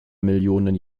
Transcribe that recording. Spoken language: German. millionen